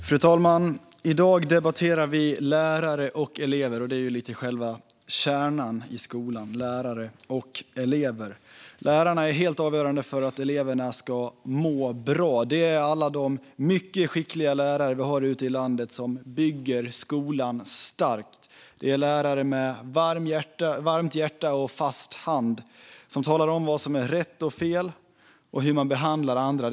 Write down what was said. Fru talman! I dag debatterar vi lärare och elever - själva kärnan i skolan. Lärarna är avgörande för att eleverna ska må bra. Det är alla de mycket skickliga lärare vi har ute i landet som bygger skolan stark. Det är lärare med varmt hjärta och fast hand som talar om vad som är rätt och fel och hur man behandlar andra.